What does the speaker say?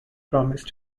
promised